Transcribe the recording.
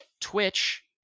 Twitch